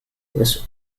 was